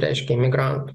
reiškia migrantų